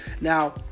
Now